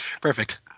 Perfect